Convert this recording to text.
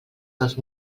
dels